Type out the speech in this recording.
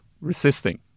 resisting